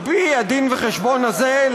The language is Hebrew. על פי הדין-וחשבון הזה,